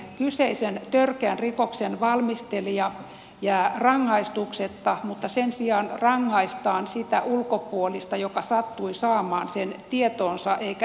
kyseisen törkeän rikoksen valmistelija jää rangaistuksetta mutta sen sijaan rangaistaan sitä ulkopuolista joka sattui saamaan sen tietoonsa eikä ilmoittanut eteenpäin